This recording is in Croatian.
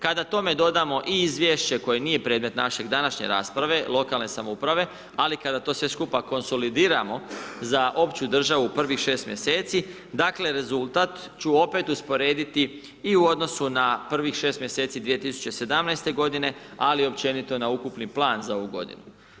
Kada tome dodamo i izvješće koje nije predmet naše današnje rasprave, lokalne samouprave ali kada to sve skupa konsolidiramo za opću državu, prvih 6 mjeseci, dakle rezultat ću opet usporediti i u odnosu na prvih 6 mjeseci 2017. godine ali i općenito na ukupni plan za ovu godinu.